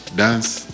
dance